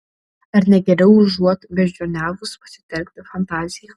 ar ne geriau užuot beždžioniavus pasitelkti fantaziją